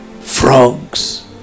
frogs